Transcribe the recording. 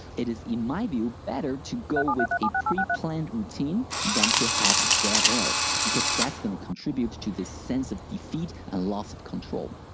it is in my view better to go with a pre-planned routine than to have dead air, because that's gonna contribute to to this sense of defeat and loss of control.